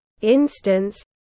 instance